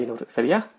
2500 சரியா